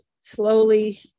slowly